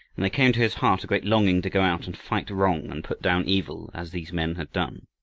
and there came to his heart a great longing to go out and fight wrong and put down evil as these men had done.